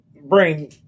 brain